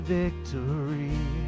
victory